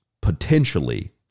potentially